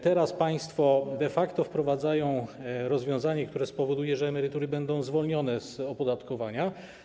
Teraz państwo de facto wprowadzają rozwiązanie, które spowoduje, że emerytury będą zwolnione z opodatkowania.